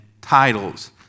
titles